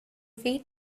way